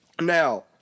Now